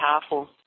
powerful